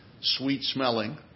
sweet-smelling